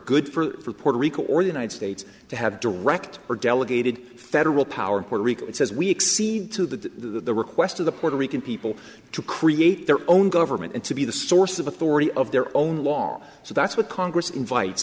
good for puerto rico or the united states to have direct or delegated federal power in puerto rico it says we accede to the request of the puerto rican people to create their own government and to be the source of authority of their own law so that's what congress invite